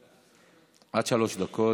עד שלוש דקות,